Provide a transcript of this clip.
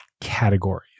categories